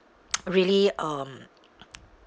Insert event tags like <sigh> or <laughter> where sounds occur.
<noise> really um